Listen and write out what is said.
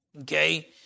Okay